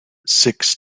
six